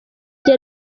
jye